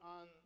on